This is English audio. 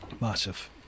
massive